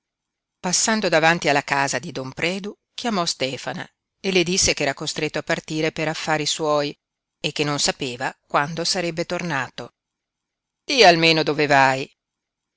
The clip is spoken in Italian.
passando davanti alla casa di don predu chiamò stefana e le disse ch'era costretto a partire per affari suoi e che non sapeva quando sarebbe tornato di almeno dove vai